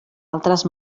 altres